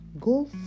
go